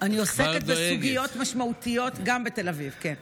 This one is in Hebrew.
אני עוסקת בסוגיות משמעותיות גם בתל אביב, כן.